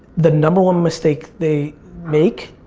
the number one mistake they make,